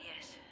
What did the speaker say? Yes